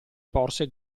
porse